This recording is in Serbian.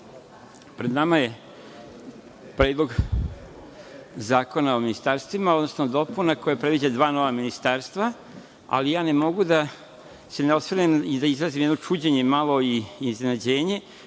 pred nama je Predlog zakona o ministarstvima, odnosno dopuna koja predviđa dva nova ministarstva, ali ja ne mogu da se ne osvrnem i da ne izrazim jedno čuđenje i iznenađenje